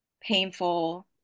painful